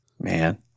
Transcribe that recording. Man